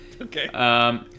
Okay